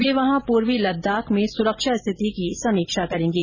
वे वहां पूर्वी लद्दाख में सुरक्षा स्थिति की समीक्षा करेंगे